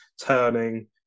turning